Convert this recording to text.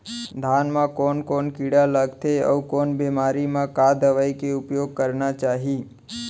धान म कोन कोन कीड़ा लगथे अऊ कोन बेमारी म का दवई के उपयोग करना चाही?